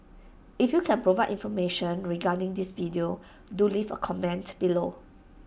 if you can provide information regarding this video do leave A comment below